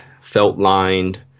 felt-lined